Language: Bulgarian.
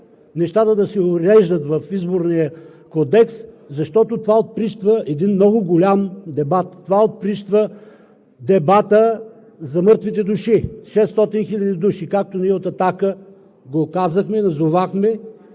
нещата да се уреждат в Изборния кодекс, защото това отприщва един много голям дебат. Това отприщва дебата за мъртвите души – 600 хил. души, както ние от „Атака“ го казахме, назовахме